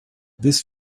this